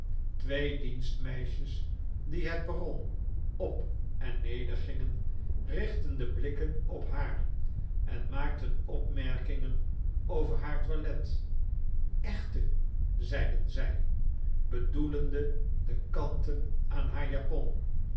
twee dienstmeisjes die het perron op en nedergingen richtten de blikken op haar en maakten opmerkingen over haar toilet echte zeiden zij bedoelende de kanten aan haar japon